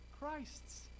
Christs